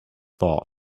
thoughts